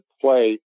play